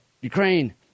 Ukraine